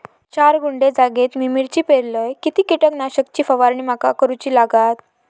चार गुंठे जागेत मी मिरची पेरलय किती कीटक नाशक ची फवारणी माका करूची लागात?